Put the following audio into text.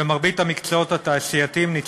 ובמרבית המקצועות התעשייתיים אנו